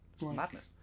madness